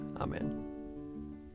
Amen